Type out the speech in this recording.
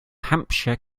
hampshire